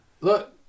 Look